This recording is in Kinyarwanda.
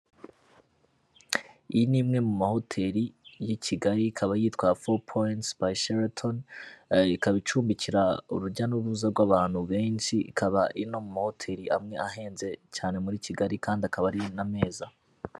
Iyi ni imwe mu mahoteli y'i Kigali, ikaba yitwa Four Points by Sheraton, ikaba icumbikira urujya n'uruza rw'abantu benshi, ikaba iri no mahoteli amwe ahenze cyane muri Kigali, kandi akaba ari na meza.